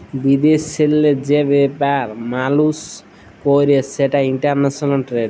বিদেশেল্লে যে ব্যাপার মালুস ক্যরে সেটা ইলটারল্যাশলাল টেরেড